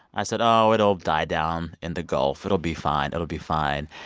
i said, oh, it'll die down in the gulf. it'll be fine it'll be fine.